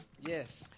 Yes